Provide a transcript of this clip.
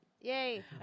Yay